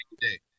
today